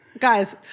Guys